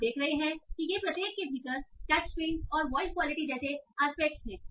आप देख रहे हैं कि ये प्रत्येक के भीतर टच स्क्रीन और वॉइस क्वालिटी जैसे आस्पेक्ट हैं